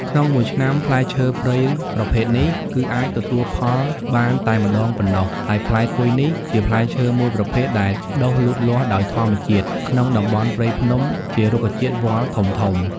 ក្នុងមួយឆ្នាំផ្លែឈើព្រៃប្រភេទនេះ គឺអាចទទួលផលបានតែម្តងប៉ុណ្ណោះ ហើយផ្លែគុយនេះ ជាផ្លែឈើមួយប្រភេទដែលដុះលូតលាស់ដោយធម្មជាតិ ក្នុងតំបន់ព្រៃភ្នំ ជារុក្ខជាតិវល្លិធំៗ។